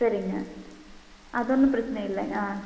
சரிங்க அது ஒன்றும் பிரச்சனை இல்லை ஆ